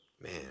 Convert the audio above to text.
man